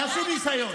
תעשו ניסיון.